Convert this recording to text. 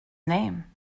name